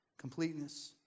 Completeness